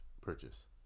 Purchase